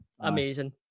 Amazing